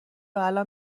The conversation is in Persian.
الان